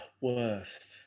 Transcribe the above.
Worst